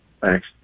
Thanks